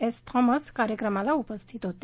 S Thomas कार्यक्रमाला उपस्थित होते